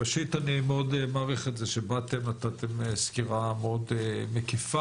ראשית אני מאוד מעריך את זה שבאתם ונתתם סקירה מאוד מקיפה,